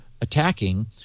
attacking